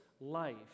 life